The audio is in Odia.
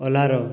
ଓଲାର